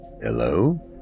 Hello